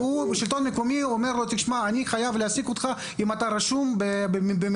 והשלטון המקומי אומר לו: "אני חייב להעסיק אותך אם אתה רשום במרשם".